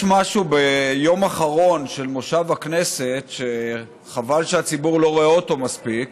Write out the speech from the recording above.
יש משהו ביום אחרון של מושב הכנסת שחבל שהציבור לא רואה אותו מספיק: